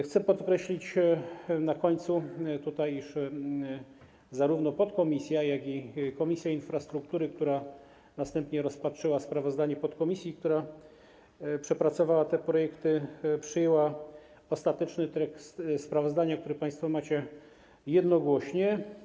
Chcę na końcu podkreślić, iż zarówno podkomisja, jak i Komisja Infrastruktury, która następnie rozpatrzyła sprawozdanie podkomisji, która przepracowała te projekty, przyjęły ostateczny tekst sprawozdania, który państwo macie, jednogłośnie.